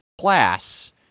class